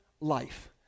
life